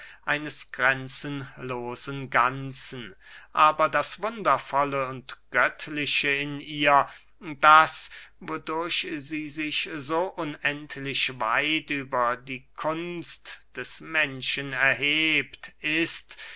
eines grenzenlosen ganzen aber das wundervolle und göttliche in ihr das wodurch sie sich so unendlich weit über die kunst des menschen erhebt ist